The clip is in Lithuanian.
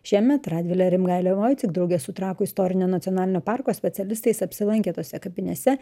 šiemet radvilė rimgailė voicik drauge su trakų istorinio nacionalinio parko specialistais apsilankė tose kapinėse